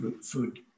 food